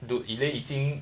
dude elaine 已经